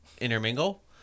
intermingle